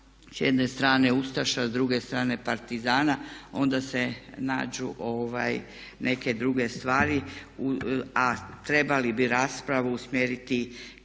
s jedne strane ustaša, s druge strane partizana onda se nađu neke druge stvari a trebali bi raspravu usmjeriti ka